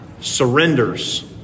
surrenders